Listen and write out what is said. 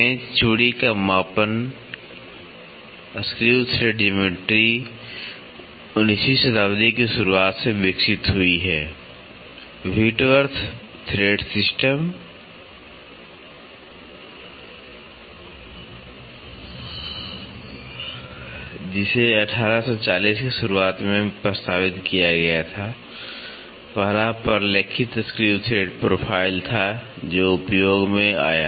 पेंच चूड़ी का मापन screw thread geometry （Screw thread geometry） 19वीं शताब्दी की शुरुआत से विकसित हुई है Whitworth thread system （Whitworth thread system） जिसे 1840 की शुरुआत में प्रस्तावित किया गया था पहला प्रलेखित screw thread profile （screw thread profile） था जो उपयोग में आया